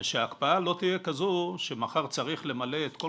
שההקפאה לא תהיה כזו שמחר צריך למלא את כל